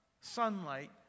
sunlight